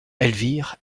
elvire